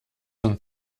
und